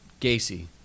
Gacy